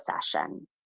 session